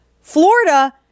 Florida